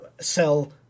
sell